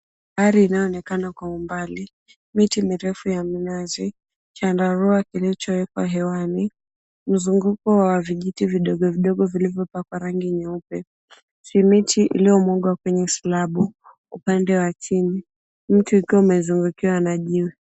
Bahari inayo onekana kwa umbali, miti mirefu ya minazi, chandarua kilichoekwa hewani. Mzunguko wa vijiti vidogo vidogo vilivyo pakwa rangi nyeupe. Simiti iliyomuundo wa kwenye silabu, upande wa chini mti ukiwa umezungukiwa na jiwe.